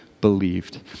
Believed